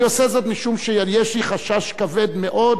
אני עושה זאת משום שיש לי חשש כבד מאוד,